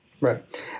Right